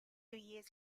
years